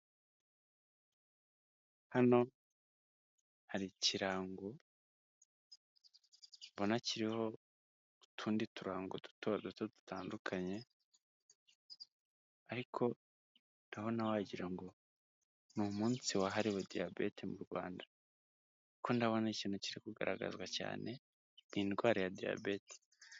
Hano hari ikirango mbona kiriho utundi turango duto duto dutandukanye, ariko ndabona wagira ngo ni umunsi wahariwe Diyabete mu Rwanda, kuko ndabona ikintu kiri kugaragazwa cyane ni indwara ya Diyabete.